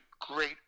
great